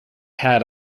hat